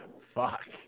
Fuck